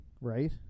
right